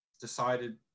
decided